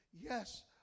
Yes